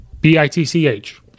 B-I-T-C-H